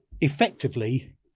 effectively